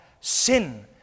Sin